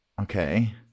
Okay